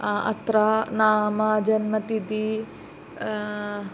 अत्र नाम जन्मतिथिः